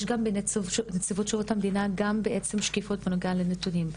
יש גם בנציבות שירות המדינה גם בעצם שקיפות בנוגע לנתונים.